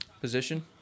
position